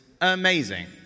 amazing